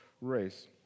race